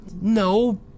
No